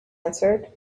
answered